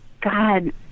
God